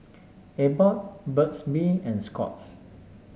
Abbott Burt's Bee and Scott's